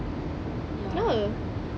kenapa